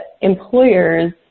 employers